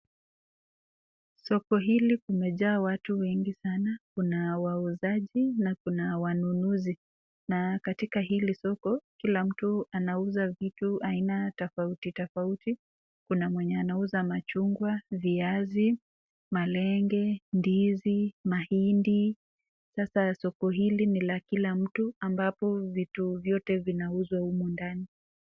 Soko hili kumejaa watu wengi sana , kuna wauzaji na kuna wanunuzi na katika hili soko kila mtu anauza vitu aina tofauti tofauti ,kuna mwenye anauza machungwa , viazi, malenge , ndizi, mahindi sasa soko hili ni la kila mtu ambapo vitu vyote vinauzwa humu ndani.